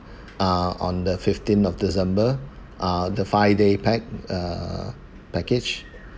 ah on the fifteen of december uh the five day pack uh package